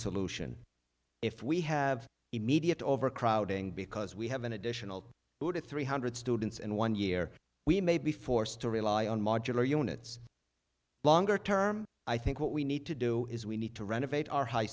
solution if we have immediate overcrowding because we have an additional two to three hundred students in one year we may be forced to rely on modular units longer term i think what we need to do is we need to renovate our high